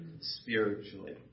spiritually